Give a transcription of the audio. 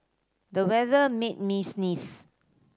the weather made me sneeze